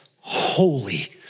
holy